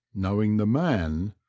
knowing the man,